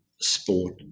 sport